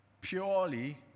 purely